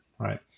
Right